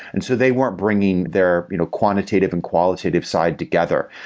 and so they weren't bringing their you know quantitative and qualitative side together.